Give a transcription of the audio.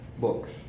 books